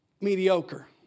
mediocre